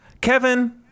Kevin